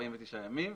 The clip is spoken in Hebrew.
49 ימים,